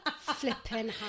Flipping